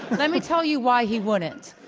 let me tell you why he wouldn't,